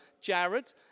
Jared